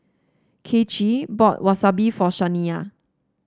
Kaycee bought Wasabi for Shaniya